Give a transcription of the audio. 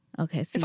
Okay